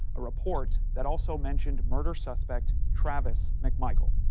a report that also mentioned murder suspect travis mcmichael.